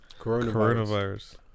Coronavirus